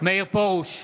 מאיר פרוש,